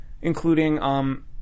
including